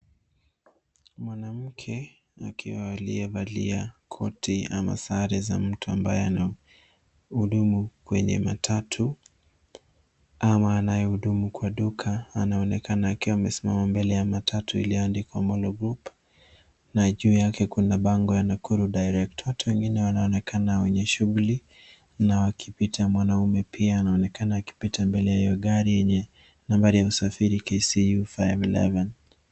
Mwanamke akiwa aliyevalia koti ama sare za mtu ambaye anahudumu kwenye matatu, ama anayehudumu kwa duka anaonekana akiwa amesimama mbele ya matatu iliyoandikwa Molo Group na juu yake kuna bango ya Nakuru Direct. Watu wengine wanaonekana wenye shughuli na wakipita. Mwanaume pia anaonekana akipita mbele ya hiyo gari yenye nambari ya usafiri KCU 511 .